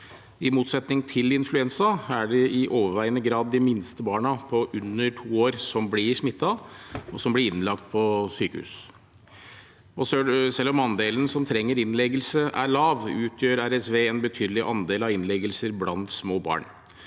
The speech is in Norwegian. I motsetning til influensa er det i overveiende grad de minste barna, de under to år, som blir smittet, og som blir innlagt på sykehus. Selv om andelen som trenger innleggelse, er lav, utgjør RSV en betydelig andel av innleggelser blant små barn.